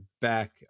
back